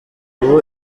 ubu